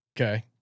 Okay